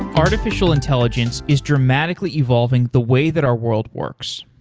artificial intelligence is dramatically evolving the way that our world works,